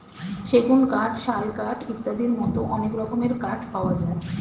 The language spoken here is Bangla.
সেগুন কাঠ, শাল কাঠ ইত্যাদির মতো অনেক রকমের কাঠ পাওয়া যায়